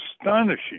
astonishing